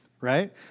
right